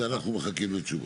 על זה אנחנו מחכים לתשובה.